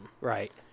right